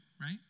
Right